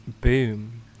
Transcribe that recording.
Boom